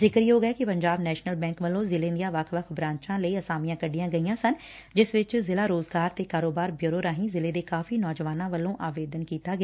ਜ਼ਿਕਰਯੋਗ ਏ ਕਿ ਪੰਜਾਬ ਨੈਸ਼ਨਲ ਬੈਂਕ ਵਲੋਂ ਜ਼ਿਲੇ ਦੀਆਂ ਵੱਖ ਵੱਖ ਬਰਾਂਚਾ ਲਈ ਅਸਾਮੀਆਂ ਕੱਢੀਆਂ ਗਈਆਂ ਸਨ ਜਿਸ ਵਿੱਚ ਜ਼ਿਲਾ ਰੋਜ਼ਗਾਰ ਤੇ ਕਾਰੋਬਾਰ ਬਿਉਰੋ ਰਾਹੀਂ ਜ਼ਿਲੇਂ ਦੇ ਕਾਫ਼ੀ ਨੌਜਵਾਨਾਂ ਵਲੋਂ ਆਵੇਦਨ ਕੀਤਾ ਗਿਆ